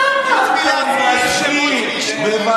אני